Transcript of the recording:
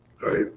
right